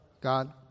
God